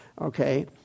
Okay